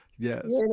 Yes